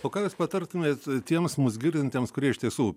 o ką jūs patartumėt tiems mus girdintiems kurie iš tiesų